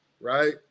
right